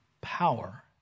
power